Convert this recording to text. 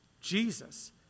Jesus